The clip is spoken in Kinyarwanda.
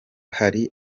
hari